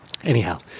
Anyhow